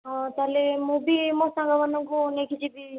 ହଁ ତା'ହେଲେ ମୁଁ ବି ମୋ ସାଙ୍ଗମାନଙ୍କୁ ନେଇକି ଯିବି